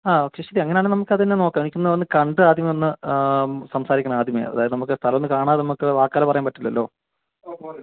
ആ ഓകെ ശരി അങ്ങനെ ആണെങ്കിൽ നമുക്ക് അത് തന്നെ നോക്കാം എനിക്ക് ഒന്ന് വന്നു കണ്ടു ആദ്യം വന്നു സംസാരിക്കണം ആദ്യമേ അതായത് നമുക്ക് സ്ഥലമൊന്ന് കാണാതെ നമുക്ക് വാക്കാൽ പറയാൻ പറ്റില്ലല്ലോ